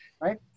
right